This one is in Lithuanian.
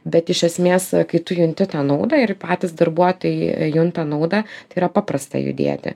bet iš esmės a kai tu junti tą naudą ir patys darbuotojai junta naudą tai yra paprasta judėti